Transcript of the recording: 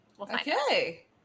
Okay